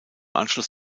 anschluss